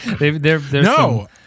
No